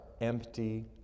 empty